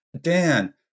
dan